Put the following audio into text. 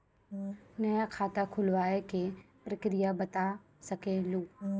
नया खाता खुलवाए के प्रक्रिया बता सके लू?